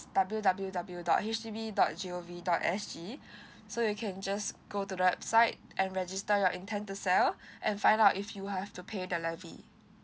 w w w dot H D B dot g o v dot s g so you can just go to the website and register your intend to sell and find out if you have to pay the levy